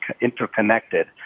interconnected